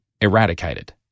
eradicated